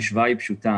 המשוואה היא פשוטה.